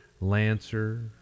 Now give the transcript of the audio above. lancer